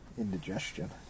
Indigestion